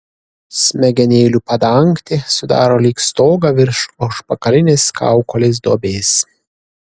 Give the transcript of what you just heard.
smegenėlių padangtė sudaro lyg stogą virš užpakalinės kaukolės duobės